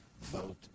vote